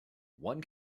one